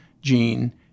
gene